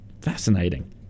Fascinating